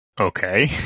Okay